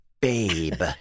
babe